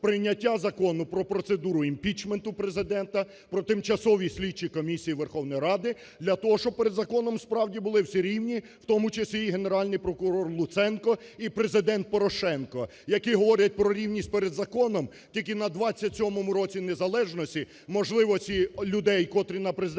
прийняття Закону про процедуру імпічменту Президента, про тимчасові слідчі комісії Верховної Ради для того, щоб перед законом справді були всі рівні, в тому числі і Генеральний прокурор Луценко, і Президент Порошенко, які говорять про рівність перед законом тільки на 27 році незалежності можливості людей, котрі на президентській